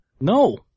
No